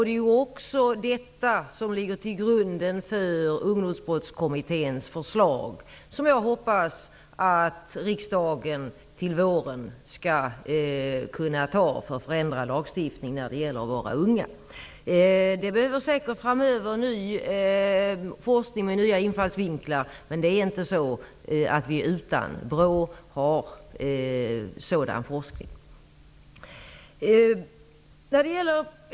Det är också detta som ligger till grund för Ungdomsbrottskommitténs förslag, som jag hoppas att riksdagen skall anta till våren när den lagstiftning som gäller våra unga skall ändras. Det behövs säkert ny forskning framöver med nya infallsvinklar, men BRÅ har redan bedrivit sådan forskning.